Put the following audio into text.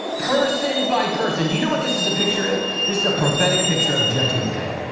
person by person do you know what this is a picture of? this is a prophetic picture of judgment day.